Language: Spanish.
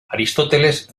aristóteles